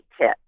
tip